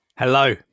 Hello